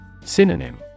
Synonym